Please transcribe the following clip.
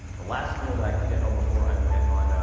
the last meal that i cooked at home before i went on,